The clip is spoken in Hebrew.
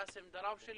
באסם דראושה,